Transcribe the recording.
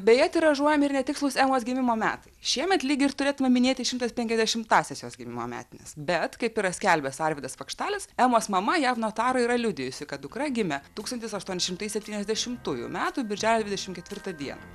beje tiražuojami ir netikslūs emos gimimo metai šiemet lyg ir turėtume minėti šimtas penkiasdešimtąsias jos gimimo metines bet kaip yra skelbęs arvydas pakštalis emos mama jav notarui yra liudijusi kad dukra gimė tūkstantis aštuoni šimtai septyniasdešimtųjų metų birželio dvidešimt ketvirtą dieną